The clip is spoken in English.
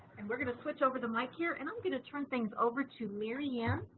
and we're going to switch over the mic here and i'm going to turn things over to mary anne,